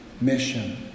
mission